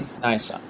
Nice